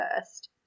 first